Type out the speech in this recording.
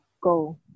go